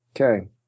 Okay